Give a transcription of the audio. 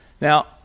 now